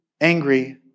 angry